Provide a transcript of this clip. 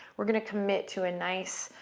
we're going to commit to a nice,